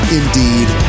indeed